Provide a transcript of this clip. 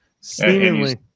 Seemingly